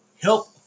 help